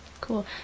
cool